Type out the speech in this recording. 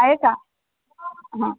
आहे का हां